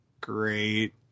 great